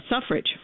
suffrage